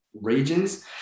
regions